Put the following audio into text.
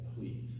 please